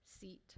seat